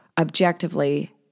objectively